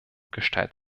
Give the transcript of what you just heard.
gestalt